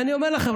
אני אומר לכם,